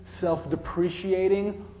self-depreciating